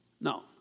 no